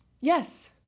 Yes